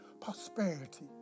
prosperity